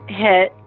hit